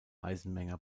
eisenmenger